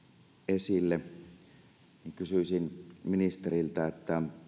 esille niin kysyisin ministeriltä